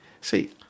see